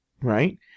right